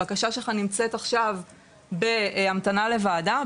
הבקשה שלך נמצאת עכשיו בהמתנה לוועדה.